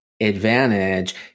advantage